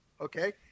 okay